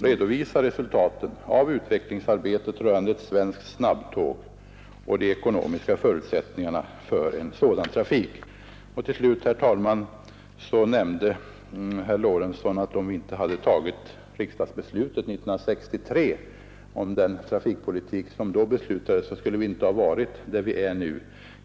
redovisa resultaten av utvecklingsarbetet rörande ett svenskt snabbtåg och de ekonomiska förutsättningarna för en sådan trafik. Till slut, herr talman! Herr Lorentzon nämnde, att vi inte skulle ha varit där vi nu är, om vi inte år 1963 hade tagit beslutet om SJ-trafiken.